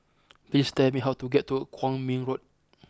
please tell me how to get to Kwong Min Road